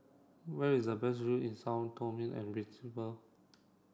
where is the best view in Sao Tome and Principe